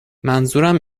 منظورم